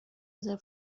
رزرو